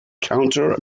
counter